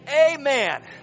Amen